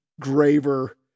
graver